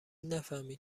نفهمید